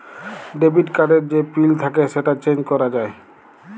debit card এর যে পিল থাক্যে সেটা চেঞ্জ ক্যরা যায়